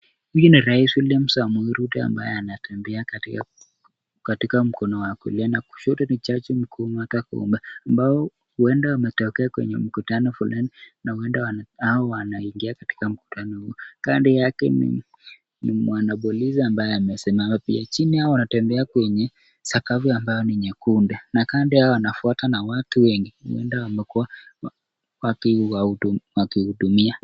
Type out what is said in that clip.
Huyu ni Rais William Samoei Ruto ambaye anatembea katika mkono wa kulia na kushoto ni Jaji Mkuu Martha Koome ambao huenda wametoka kwenye mkutano fulani na huenda hao wanaingia katika mkutano huo. Kando yake ni mwana polisi ambaye amesimama pia. Chini hao wanatembea kwenye sakafu ambayo ni nyekundu. Na kando yao wanafuatana na watu wengi huenda wamekuwa wakiwahudumia.